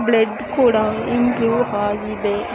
blood ಕೂಡ improve ಆಗಿದೆ